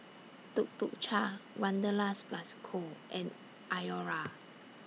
Tuk Tuk Cha Wanderlust Plus Co and Iora